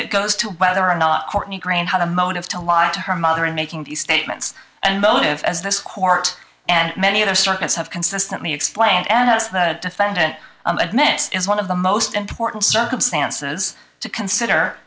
it goes to whether or not courtney green had a motive to lie to her mother in making these statements and motive as this court and many other circuits have consistently explained and has that defendant admit is one of the most important circumstances to consider